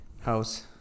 house